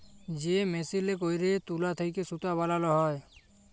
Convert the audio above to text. যে মেসিলে ক্যইরে তুলা থ্যাইকে সুতা বালাল হ্যয়